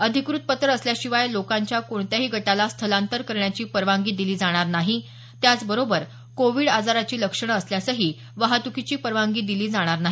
अधिकृत पत्र असल्याशिवाय लोकांच्या कोणत्याही गटाला स्थलांतर करण्याची परवानगी दिली जाणार नाही त्याचबरोबर कोविड आजाराची लक्षणं असल्यासही वाहत्कीची परवानगी दिली जाणार नाही